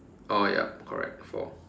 oh ya correct four